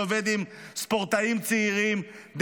שעובד עם ספורטאים צעירים,